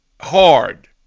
hard